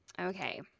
okay